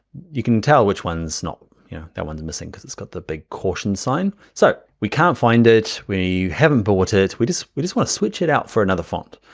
you can tell which one's not yeah that one's missing cuz it's got the big caution sign. so we can't find it. we haven't bought it. we just we just wanna switch it out for another font.